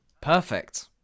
Perfect